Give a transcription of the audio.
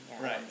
Right